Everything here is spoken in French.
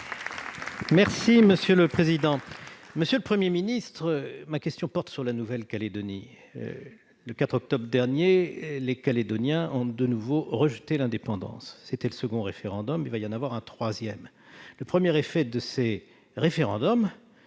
Ma question s'adresse à M. le Premier ministre et porte sur la Nouvelle-Calédonie. Le 4 octobre dernier, les Calédoniens ont de nouveau rejeté l'indépendance à l'occasion du second référendum ; il va y en avoir un troisième. Le premier effet de ces référendums